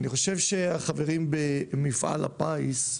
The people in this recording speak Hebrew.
החברים במפעל הפיס,